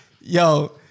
Yo